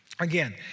Again